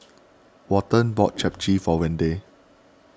Welton bought Japchae for Wendell